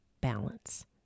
balance